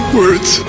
words